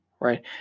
Right